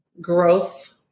growth